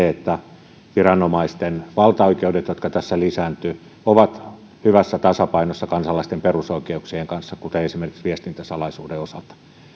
että viranomaisten valtaoikeudet jotka tässä lisääntyvät ovat hyvässä tasapainossa kansalaisten perusoikeuksien kanssa esimerkiksi viestintäsalaisuuden osalta